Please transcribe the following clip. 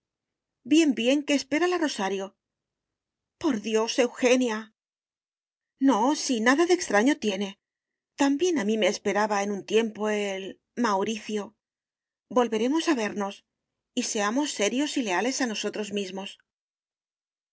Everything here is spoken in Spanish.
bien bien que espera la rosario por dios eugenia no si nada de extraño tiene también a mí me esperaba en un tiempo el mauricio volveremos a vernos y seamos serios y leales a nosotros mismos